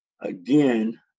Again